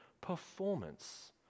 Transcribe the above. performance